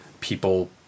people